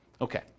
Okay